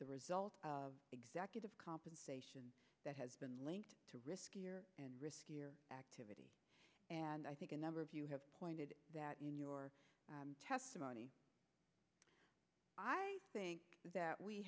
the result of executive compensation that has been linked to riskier and riskier activities and i think a number of you have pointed that in your testimony i think that we